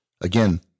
Again